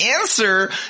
answer